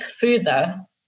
further